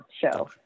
show